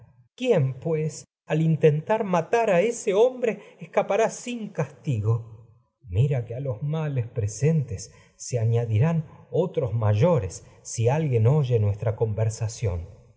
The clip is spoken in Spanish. quién sin pues al intentar ese hombre escapará castigo mira que a los males presentes se añadirán otros mayores si alguien oye tra nuestra conversación